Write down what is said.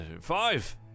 five